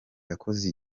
yakoze